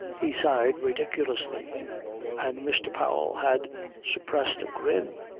he sighed ridiculously and mr. powell had suppressed a grin,